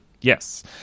Yes